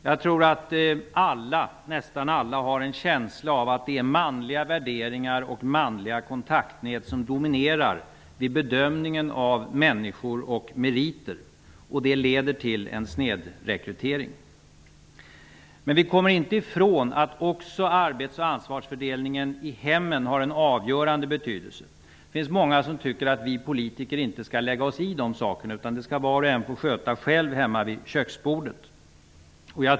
Jag tror att nästan alla har en känsla av att det är manliga värderingar och kontaktnät som dominerar vid bedömningen av människor och meriter. Det leder till en snedrekrytering, men vi kommer inte ifrån att också arbets och ansvarsfördelningen i hemmen har en avgörande betydelse. Det finns många som tycker att vi politiker inte skall lägga oss i detta. Det skall var och en få sköta själv hemma vid köksbordet.